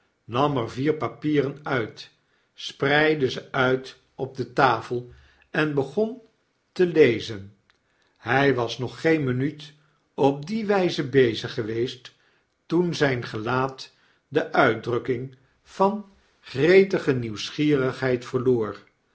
er vier papieren uit spreidde ze uit op de tafel en begon te lezen hy was nog geen minuut op die wijze bezig geweest toen zyn gelaat de uitdrukking van gretige nieuwsgierigheid